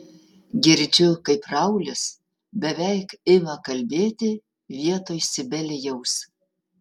girdžiu kaip raulis beveik ima kalbėti vietoj sibelijaus